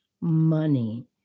money